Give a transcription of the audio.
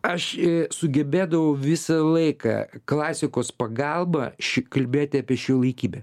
aš sugebėdavau visą laiką klasikos pagalba ši kalbėti apie šiuolaikybę